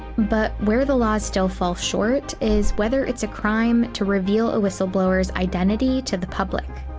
but where the laws still fall short is whether it's a crime to reveal a whistleblower's identity to the public.